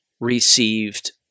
received